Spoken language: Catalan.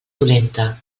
dolenta